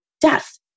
death